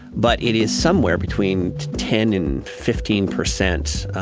but it is somewhere between ten and fifteen percent,